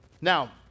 Now